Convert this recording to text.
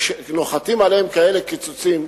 וכשנוחתים עליהם כאלה קיצוצים,